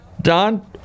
Don